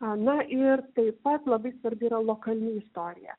a na ir taip pat labai svarbi yra lokali istorija